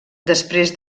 després